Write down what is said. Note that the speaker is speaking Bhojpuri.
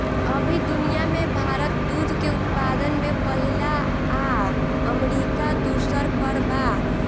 अभी दुनिया में भारत दूध के उत्पादन में पहिला आ अमरीका दूसर पर बा